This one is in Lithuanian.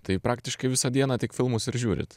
tai praktiškai visą dieną tik filmus ir žiūrit